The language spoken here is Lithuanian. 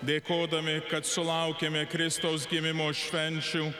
dėkodami kad sulaukėme kristaus gimimo švenčių